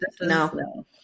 No